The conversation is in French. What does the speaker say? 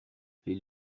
les